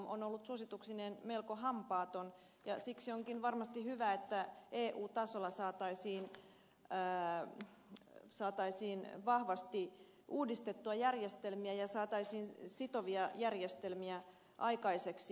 se on ollut suosituksineen melko hampaaton ja siksi onkin varmasti hyvä että eu tasolla saataisiin vahvasti uudistettua järjestelmiä ja saataisiin sitovia järjestelmiä aikaiseksi